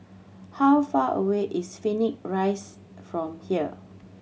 how far away is Phoenix Rise from here